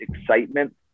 excitement